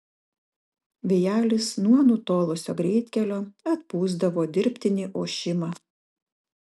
vėjelis nuo nutolusio greitkelio atpūsdavo dirbtinį ošimą